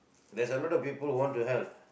there's a lot of people who want to help